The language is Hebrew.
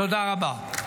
תודה רבה.